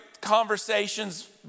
conversations